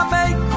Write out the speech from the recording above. make